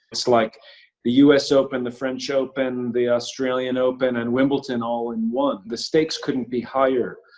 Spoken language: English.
it's like the us open, the french open, the australian open, and wimbledon all in one. the stakes couldn't be higher.